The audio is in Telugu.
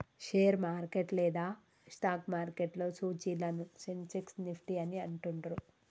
షేర్ మార్కెట్ లేదా స్టాక్ మార్కెట్లో సూచీలను సెన్సెక్స్, నిఫ్టీ అని అంటుండ్రు